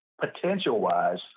Potential-wise